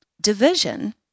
Division